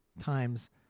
times